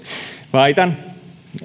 väitän